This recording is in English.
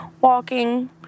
walking